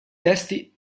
testi